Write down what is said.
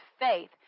faith